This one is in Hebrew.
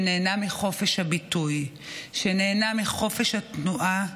שנהנה מחופש הביטוי, שנהנה מחופש התנועה,